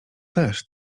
też